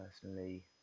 personally